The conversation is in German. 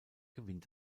gewinnt